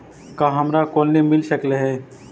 का हमरा कोलनी मिल सकले हे?